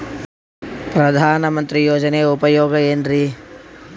ಪ್ರಧಾನಮಂತ್ರಿ ಯೋಜನೆ ಉಪಯೋಗ ಏನ್ರೀ?